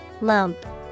Lump